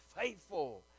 faithful